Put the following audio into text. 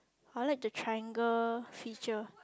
I like the triangle feature